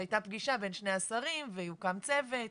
שהייתה פגישה בין שני השרים ויוקם צוות,